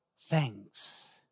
thanks